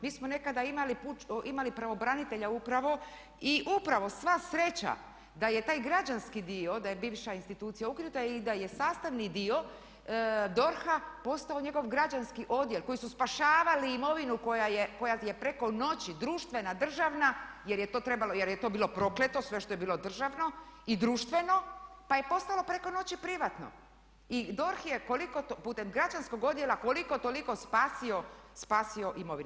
Mi smo nekada imali pravobranitelja upravo i upravo sva sreća da je taj građanski dio, da je bivša institucija ukinuta i da je sastavni dio DORH-a postao njegov građanski odjel koji su spašavali imovinu koja je preko noći, društvena, državna jer je to trebalo, jer je to bilo prokleto, sve što je bilo državno i društveno pa je postalo preko noći i DORH je koliko putem građanskog odjela koliko, toliko spasio imovinu.